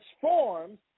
forms